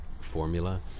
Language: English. formula